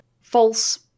false